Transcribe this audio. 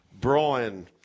Brian